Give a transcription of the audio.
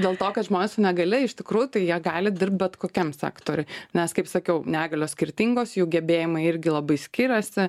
dėl to kad žmonės su negalia iš tikrųjų tai jie gali dirbt bet kokiam sektoriuj nes kaip sakiau negalios skirtingos jų gebėjimai irgi labai skiriasi